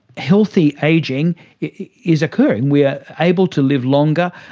healthy ageing is occurring. we are able to live longer,